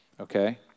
Okay